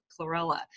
chlorella